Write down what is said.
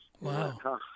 wow